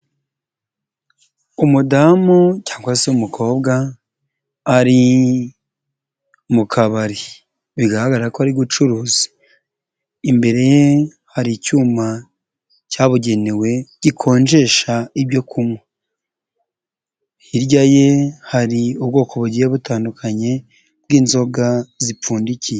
Umudamu cyangwa se umukobwa ari mu kabari bigaragara ko ari gucuruza, imbere ye hari icyuma cyabugenewe gikonjesha ibyo kunywa, hirya ye hari ubwoko bugiye butandukanye bw'inzoga zipfundikiye.